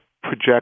project